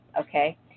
okay